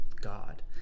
God